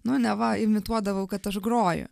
nu neva imituodavau kad aš groju